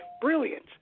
brilliant